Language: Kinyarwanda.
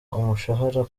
umushahara